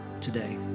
today